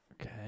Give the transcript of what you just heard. Okay